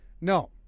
No